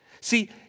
See